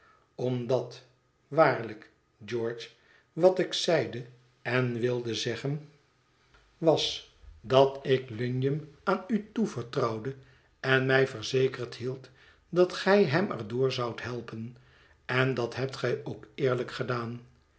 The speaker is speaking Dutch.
omdat waarlijk george wat ik zeide en wilde zeggen was dat ik lignum aan u toevertrouwde en mij verzekerd hield dat gij hem er door zoudt helpen en dat hebt gij ook eerlijk gedaan